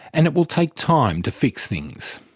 and it will take time to fix things.